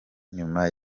nyuma